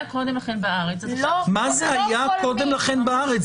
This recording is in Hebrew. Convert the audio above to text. קודם לכן בארץ --- מה זה היה קודם לכן בארץ?